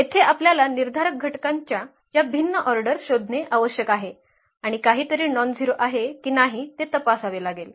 येथे आपल्याला निर्धारक ांच्या या भिन्न ऑर्डर शोधणे आवश्यक आहे आणि काहीतरी नॉनझेरो आहे की नाही ते तपासावे लागेल